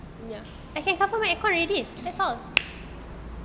I can cover my aircon already that's all